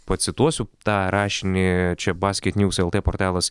pacituosiu tą rašinį čia basketniūs lt portalas